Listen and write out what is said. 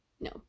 No